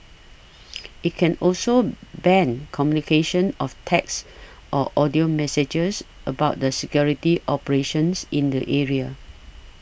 it can also ban communication of text or audio messages about the security operations in the area